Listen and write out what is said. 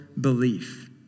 belief